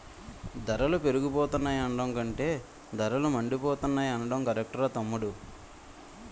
ధరలు పెరిగిపోతున్నాయి అనడం కంటే ధరలు మండిపోతున్నాయ్ అనడం కరెక్టురా తమ్ముడూ